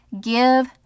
give